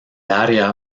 área